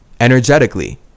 energetically